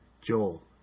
Joel